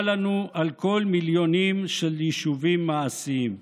לנו על כל מקם של יישובים מעשיים".